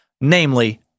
namely